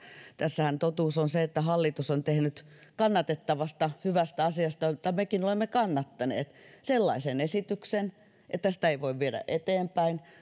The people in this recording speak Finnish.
tässähän totuus on että hallitus on tehnyt kannatettavasta hyvästä asiasta jota mekin olemme kannattaneet sellaisen esityksen että sitä ei voi viedä eteenpäin